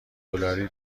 دلاری